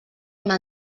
una